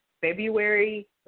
February